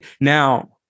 Now